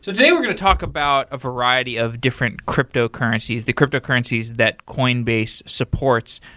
today we're going to talk about a variety of different cryptocurrencies, the cryptocurrencies that coinbase supports.